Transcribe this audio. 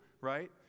right